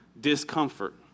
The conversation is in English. discomfort